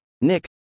Nick